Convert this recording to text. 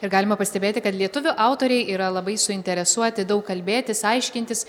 ir galima pastebėti kad lietuvių autoriai yra labai suinteresuoti daug kalbėtis aiškintis